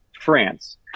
france